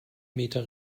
meter